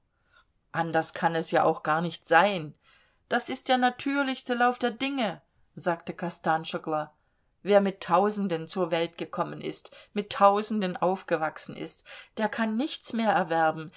anders kann es ja auch gar nicht sein das ist der natürlichste lauf der dinge sagte kostanschoglo wer mit tausenden zur welt gekommen ist mit tausenden aufgewachsen ist der kann nichts mehr erwerben